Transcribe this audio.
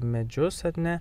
medžius ar ne